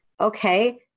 Okay